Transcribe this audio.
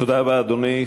תודה רבה, אדוני.